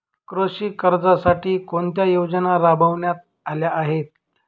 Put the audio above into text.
कृषी कर्जासाठी कोणत्या योजना राबविण्यात आल्या आहेत?